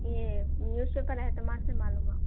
یہ new super heat mart سے معلوم ہوا